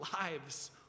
lives